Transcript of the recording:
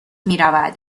میرود